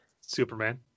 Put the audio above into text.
Superman